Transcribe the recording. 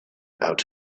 out